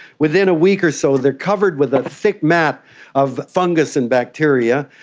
within a week or so they are covered with a thick mat of fungus and bacteria,